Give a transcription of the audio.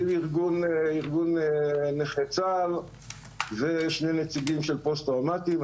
נציג ארגון נכי צה"ל ושני נציגים של פוסט-טראומטיים.